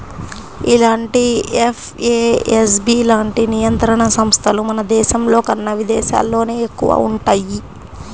ఇలాంటి ఎఫ్ఏఎస్బి లాంటి నియంత్రణ సంస్థలు మన దేశంలోకన్నా విదేశాల్లోనే ఎక్కువగా వుంటయ్యి